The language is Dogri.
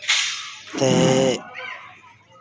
ते